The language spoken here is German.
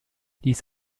dies